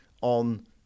on